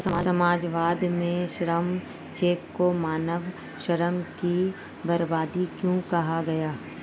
समाजवाद में श्रम चेक को मानव श्रम की बर्बादी क्यों कहा गया?